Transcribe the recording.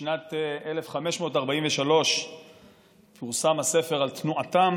בשנת 1543 פורסם הספר "על תנועתם